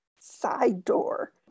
side-door